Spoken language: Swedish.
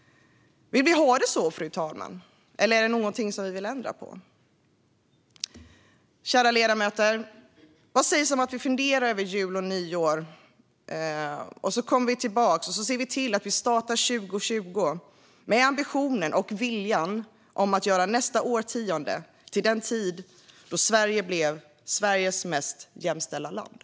Vill vi ha det så, fru talman, eller är det något vi vill ändra på? Kära ledamöter! Vad sägs om att vi funderar över jul och nyår, och när vi kommer tillbaka ser vi till att vi startar 2020 med ambitionen och viljan att göra nästa årtionde till den tid då Sverige blev det mest jämställda landet.